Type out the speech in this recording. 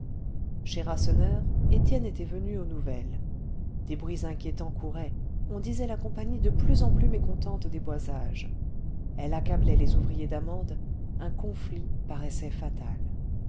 chez rasseneur étienne était venu aux nouvelles des bruits inquiétants couraient on disait la compagnie de plus en plus mécontente des boisages elle accablait les ouvriers d'amendes un conflit paraissait fatal